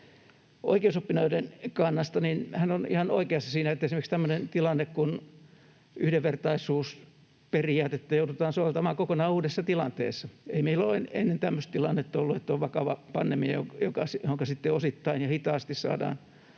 oikeusoppineiden kannasta. Hän on ihan oikeassa siinä, esimerkiksi kun on tämmöinen tilanne, että yhdenvertaisuusperiaatetta joudutaan soveltamaan kokonaan uudessa tilanteessa. Ei meillä ole ennen tämmöistä tilannetta ollut, että on vakava pandemia, jolloinka sitten osittain ja hitaasti saadaan